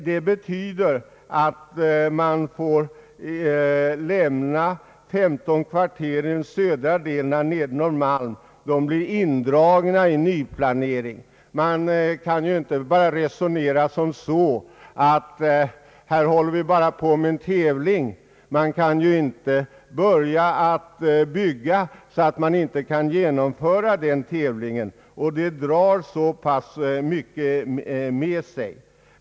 Det betyder att de 15 kvarteren i södra delen av Nedre Norrmalm blir indragna i nyplanering. Vi kan inte bara resonera som så att det här bara gäller en tävling. Man kan ju inte börja att bygga på så sätt att man inte kan genomföra denna tävling, och detta drar så mycket med sig.